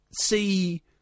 see